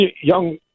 young